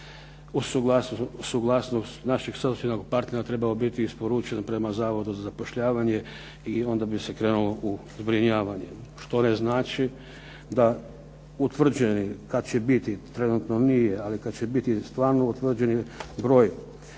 uz suglasnost našeg socijalnog partnera trebao biti isporučen prema Zavodu za zapošljavanje i onda bi se krenulo u zbrinjavanje. Što ne znači da utvrđeni, kad će biti, trenutno nije, ali kad će biti stvarno utvrđeni broj